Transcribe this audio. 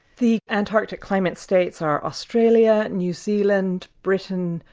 the antarctic claimant states are australia, new zealand, britain,